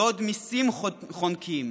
לא עוד מיסים חונקים.